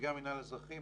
נציגי מינהל האזרחי,